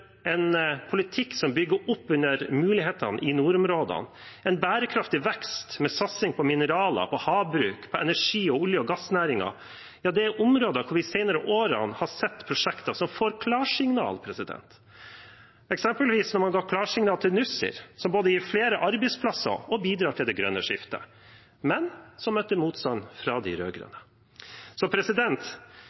en politikk som bygger opp under mulighetene i nordområdene, en bærekraftig vekst med satsing på mineraler, på havbruk, på energi, på olje- og gassnæringen. Det er områder der vi de senere årene har sett prosjekter som får klarsignal, eksempelvis da man ga klarsignal til Nussir, som både gir flere arbeidsplasser og bidrar til det grønne skiftet, men som møtte motstand fra de